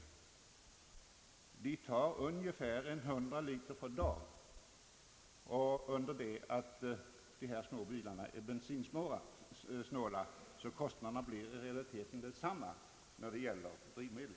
De förbrukar ungefär 100 liter per dag, medan de små bilarna är besinsnåla. Kostnaderna blir därför i realiteten desamma när det gäller drivmedel.